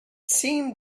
seemed